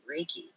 Reiki